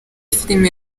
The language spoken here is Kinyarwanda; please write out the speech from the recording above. filime